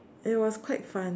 it was quite fun